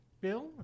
bill